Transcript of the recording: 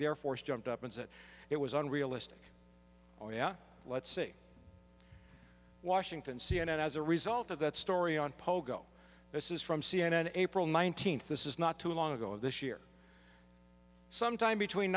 air force jumped up and said it was unrealistic or yeah let's see washington c n n as a result of that story on pogo this is from c n n april nineteenth this is not too long ago this year sometime between